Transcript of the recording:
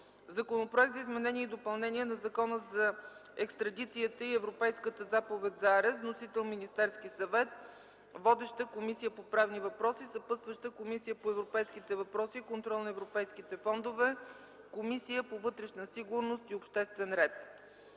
Законопроект за изменение и допълнение на Закона за екстрадицията и Европейската заповед за арест. Вносител - Министерският съвет. Водеща е Комисията по правни въпроси. Разпределен е на Комисията по европейските въпроси и контрол на европейските фондове и на Комисията по вътрешна сигурност и обществен ред.